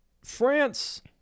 france